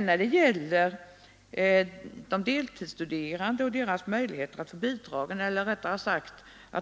När det gäller de deltidsstuderande och deras möjligheter att få bidrag — eller rättare sagt brist på